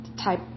Type